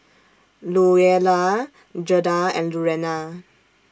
Louella Gerda and Lurana